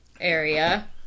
area